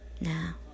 now